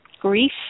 grief